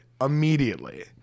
immediately